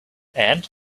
and